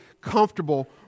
comfortable